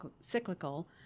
cyclical